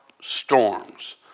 Storms